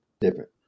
different